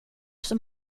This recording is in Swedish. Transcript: som